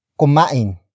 kumain